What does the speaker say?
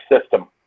system